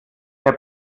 der